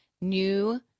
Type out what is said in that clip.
new